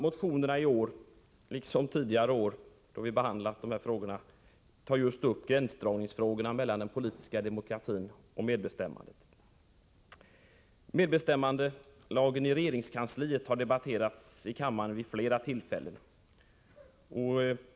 Motionerna i år behandlar, liksom motionerna i dessa frågor från tidigare år, just gränsdragningen mellan den politiska demokratin och medbestämmandet. Medbestämmandelagen i regeringskansliet har debatterats i kammaren vid flera tillfällen.